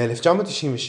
ב-1996